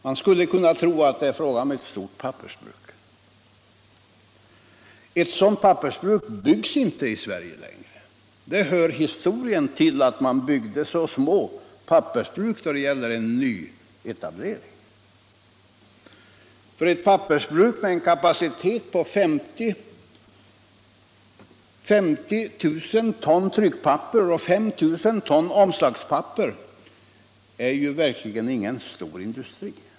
Man skulle kunna tro det, men ett sådant här pappersbruk byggs inte längre i Sverige. Det hör till historien att en nyetablering sker med så här små pappersbruk. Ett pappersbruk med en kapacitet på 50 000 ton tryckpapper och 5 000 ton omslagspapper är verkligen ingen stor industri.